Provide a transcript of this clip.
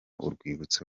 urwibutso